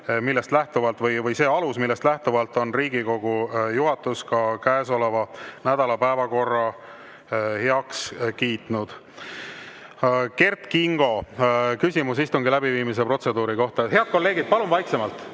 ülesandeid on ka see alus, millest lähtuvalt on Riigikogu juhatus käesoleva nädala päevakorra heaks kiitnud. Kert Kingo, küsimus istungi läbiviimise protseduuri kohta! Head kolleegid, palun vaiksemalt!